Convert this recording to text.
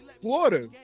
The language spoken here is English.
Florida